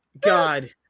god